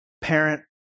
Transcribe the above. parent